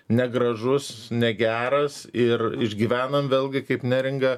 negražus negeras ir išgyvenam vėlgi kaip neringa